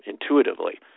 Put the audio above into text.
intuitively